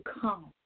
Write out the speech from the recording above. come